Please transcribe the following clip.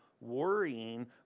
worrying